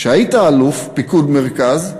היית אלוף פיקוד מרכז,